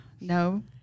no